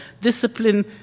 discipline